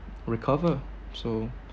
recover so